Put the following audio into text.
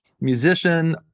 musician